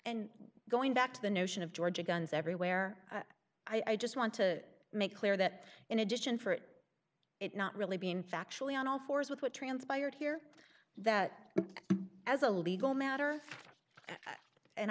and going back to the notion of ga guns everywhere i just want to make clear that in addition for it not really being factually on all fours with what transpired here that as a legal matter